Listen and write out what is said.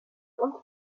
uns